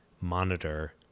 monitor